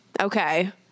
Okay